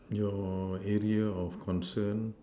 your area of concern